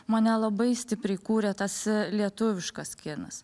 mane labai stipriai kūrė tas lietuviškas kinas